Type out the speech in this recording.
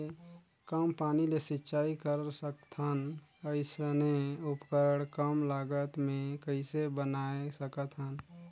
कम पानी ले सिंचाई कर सकथन अइसने उपकरण कम लागत मे कइसे बनाय सकत हन?